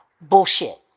bullshit